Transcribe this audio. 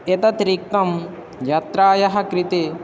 एतत् रिक्तं यात्रायाः कृते